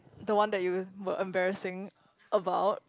the one that you embarrassing about